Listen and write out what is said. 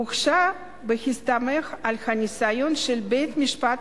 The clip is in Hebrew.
הוגשה בהסתמך על הניסיון של בית-המשפט